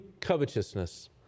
covetousness